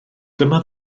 dyma